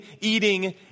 eating